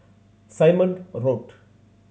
Simon Road